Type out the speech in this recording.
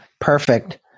Perfect